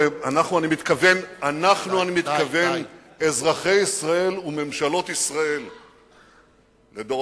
אני מתכוון אזרחי ישראל וממשלות ישראל לדורותיהן,